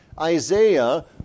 Isaiah